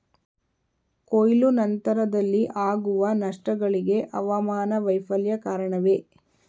ಕೊಯ್ಲು ನಂತರದಲ್ಲಿ ಆಗುವ ನಷ್ಟಗಳಿಗೆ ಹವಾಮಾನ ವೈಫಲ್ಯ ಕಾರಣವೇ?